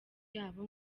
yabo